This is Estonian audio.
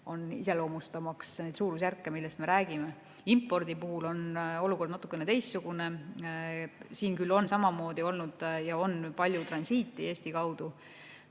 See iseloomustab neid suurusjärke, millest me räägime. Impordi puhul on olukord natukene teistsugune, kuigi siin on samamoodi olnud ja on palju transiiti Eesti kaudu.